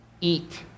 eat